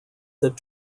that